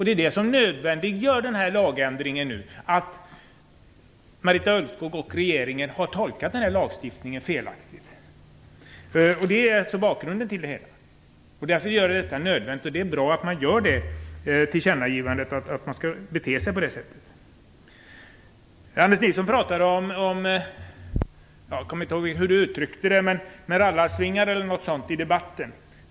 Det som gör en lagändring nödvändig nu är just att Marita Ulvskog och regeringen har tolkat denna lagstiftning felaktigt. Det är alltså bakgrunden till det hela. Därför är det bra att det görs ett tillkännagivande om hur man skall bete sig. Anders Nilsson pratade om - jag kommer inte ihåg den exakta lydelsen - rallarsvingar i debatten.